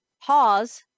pause